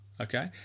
Okay